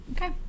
Okay